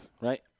Right